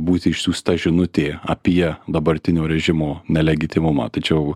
būti išsiųsta žinutė apie dabartinio režimo nelegitimumą tačiau